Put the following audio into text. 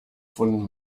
von